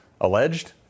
alleged